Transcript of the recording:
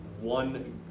one